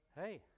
hey